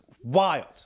wild